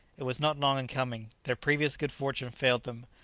it was not long in coming. their previous good fortune failed them.